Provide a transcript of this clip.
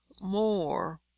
more